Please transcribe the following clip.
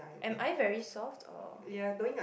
am I very soft or